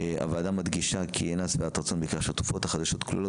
הוועדה מדגישה כי אינה שבעת רצון מכך שהתרופות החדשות שכלולות